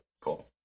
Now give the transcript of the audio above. Cool